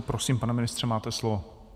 Prosím, pane ministře, máte slovo.